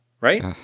right